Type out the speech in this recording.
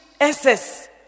SS